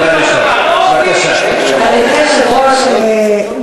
חבר הכנסת פייגלין נתן ציון לחבר הכנסת גפני.